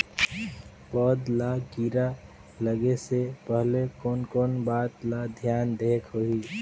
पौध ला कीरा लगे से पहले कोन कोन बात ला धियान देहेक होही?